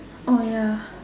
oh ya